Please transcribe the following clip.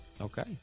Okay